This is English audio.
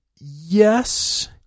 Yes